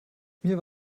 mir